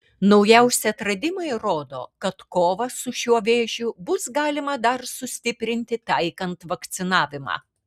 naujausi atradimai rodo kad kovą su šiuo vėžiu bus galima dar sustiprinti taikant vakcinavimą